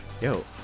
yo